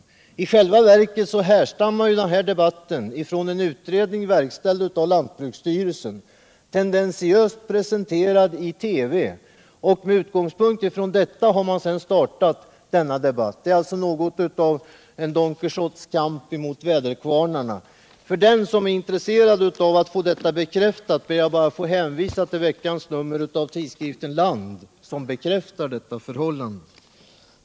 Men i själva verket är det en utredning verkställd av lantbruksstyrelsen, tendentiöst presenterad i TV, som man tagit som ut = Jordbrukspolitigångspunkt när man startat debatten. Det här är alltså något av Don = ken, m.m. Quijotes kamp mot väderkvarnarna. För den som är intresserad vill jag hänvisa till veckans nummer av tidskriften Land, som bekräftar detta förhållande.